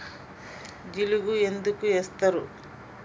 జిలుగు ఎందుకు ఏస్తరు?